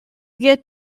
get